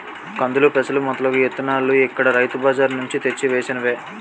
కందులు, పెసలు మొదలగు ఇత్తనాలు ఇక్కడ రైతు బజార్ నుంచి తెచ్చి వేసినవే